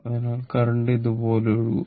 അതിനാൽ കറന്റ് ഇതുപോലെ ഒഴുകും